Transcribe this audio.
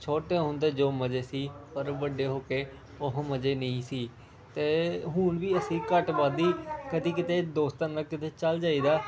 ਛੋਟੇ ਹੁੰਦੇ ਜੋ ਮਜ਼ੇ ਸੀ ਪਰ ਵੱਡੇ ਹੋ ਕੇ ਉਹ ਮਜ਼ੇ ਨਹੀਂ ਸੀ ਅਤੇ ਹੁਣ ਵੀ ਅਸੀਂ ਘੱਟ ਵੱਧ ਹੀ ਕਦੇ ਕਿਤੇ ਦੋਸਤਾਂ ਨਾਲ ਕਿਤੇ ਚਲੇ ਜਾਈਦਾ